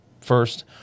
first